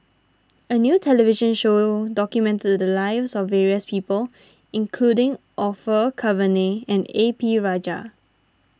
a new television show documented the lives of various people including Orfeur Cavenagh and A P Rajah